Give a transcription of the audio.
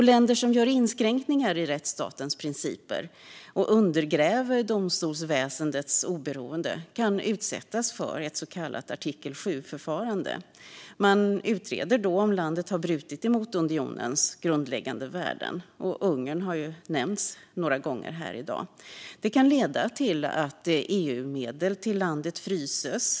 Länder som gör inskränkningar i rättsstatens principer och undergräver domstolsväsendets oberoende kan utsättas för ett så kallat artikel 7-förfarande. Man utreder då om landet har brutit mot unionens grundläggande värden - Ungern har ju nämnts några gånger här i dag. Detta kan leda till att EU-medel till landet fryses.